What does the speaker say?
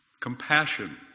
Compassion